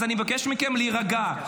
אז אני מבקש מכם להירגע.